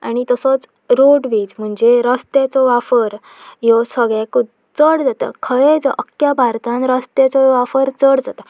आनी तसोच रोडवेज म्हणजे रस्त्याचो वापर ह्यो सगळ्याक चड जाता खंयच अख्ख्या भारतान रस्त्याचो वापर चड जाता